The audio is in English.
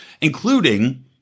including